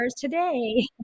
today